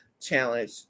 challenge